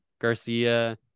garcia